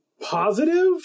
positive